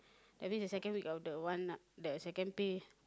I think the second week of the one ah the second pay